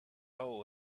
hole